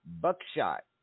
Buckshot